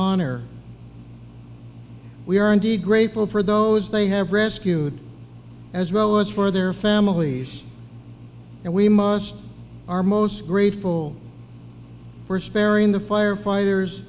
honor we are indeed grateful for those they have rescued as well as for their families and we must are most grateful for sparing the firefighters